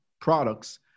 products